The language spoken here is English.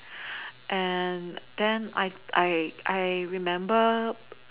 and then I I I remember